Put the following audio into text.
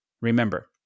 Remember